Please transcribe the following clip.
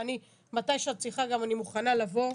ואני, מתי שאת צריכה אני גם מוכנה לבוא.